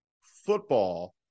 football